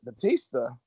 Batista